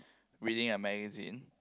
reading a magazine